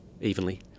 evenly